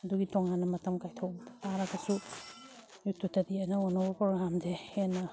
ꯑꯗꯨꯒꯤ ꯇꯣꯉꯥꯟꯅ ꯃꯇꯝ ꯀꯥꯏꯊꯣꯛꯇꯔꯒꯁꯨ ꯌꯨꯇꯨꯞꯇꯗꯤ ꯑꯅꯧ ꯑꯅꯧꯕ ꯄ꯭ꯔꯣꯒꯥꯝꯁꯦ ꯍꯦꯟꯅ